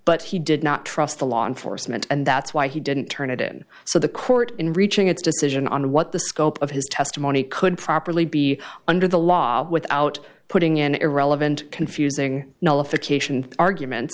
but he did not trust the law enforcement and that's why he didn't turn it in so the court in reaching its decision on what the scope of his testimony could properly be under the law without putting in irrelevant confusing nullification argument